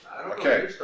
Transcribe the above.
Okay